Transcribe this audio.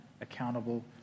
accountable